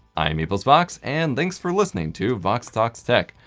i'm eposvox, and thanks for listening to vox talks tech.